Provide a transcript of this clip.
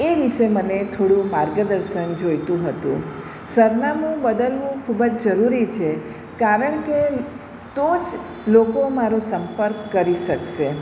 એ વિશે મને થોડું માર્ગદર્શન જોઈતું હતું સરનામું બદલવું ખૂબ જ જરૂરી છે કારણ કે તો જ લોકો મારું સંપર્ક કરી શકશે